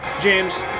James